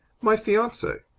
my fiance.